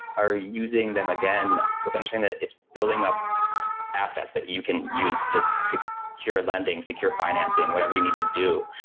are using them again with understanding that it's building up assets that you can use just so secure lending, secure financing, whatever you need to do,